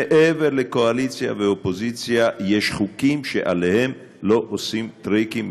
שמעבר לקואליציה ואופוזיציה יש חוקים שלא עושים עליהם טריקים מפלגתיים.